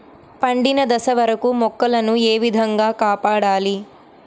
పండిన దశ వరకు మొక్కల ను ఏ విధంగా కాపాడాలి?